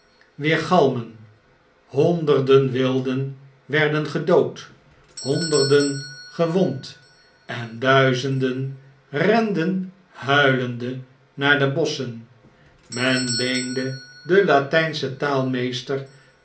honderde wilden werden gedood honderde gewond en duizende renden huilende naar de bosschen men leende den latynschen